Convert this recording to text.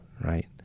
right